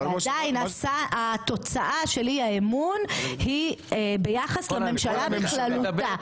עדיין התוצאה של אי האמון היא ביחס לממשלה בכללותה,